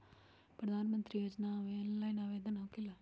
प्रधानमंत्री योजना ऑनलाइन आवेदन होकेला?